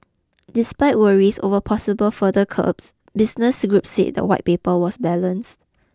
despite worries over possible further curbs business groups said the white paper was balanced